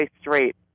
straight